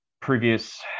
Previous